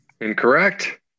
Incorrect